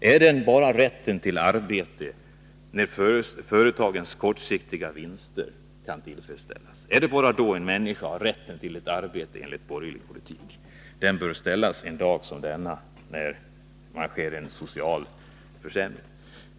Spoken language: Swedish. Finns den rätten bara när företagens krav på kortsiktiga vinster kan tillfredsställas? Är det bara då en människa har rätt till arbete, enligt borgerlig politik? Den frågan bör ställas en dag som denna, när det föreslås en social försämring.